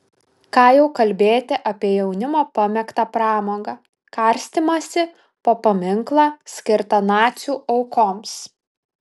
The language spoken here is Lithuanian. ką jau kalbėti apie jaunimo pamėgtą pramogą karstymąsi po paminklą skirtą nacių aukoms